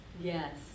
Yes